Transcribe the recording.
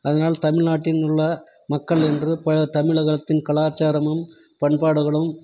அதனால் தமிழ்நாட்டின்னுள்ள மக்கள் என்று இப்போ தமிழகத்தின் கலாச்சாரமும் பண்பாடுகளும்